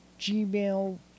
Gmail